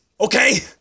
Okay